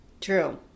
True